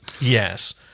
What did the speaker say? Yes